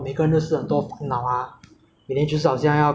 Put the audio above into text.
不然就是每天都有很多压力为了学业为了钱